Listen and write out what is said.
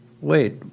wait